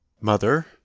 Mother